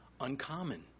uncommon